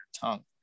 tongue